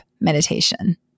meditation